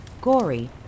gory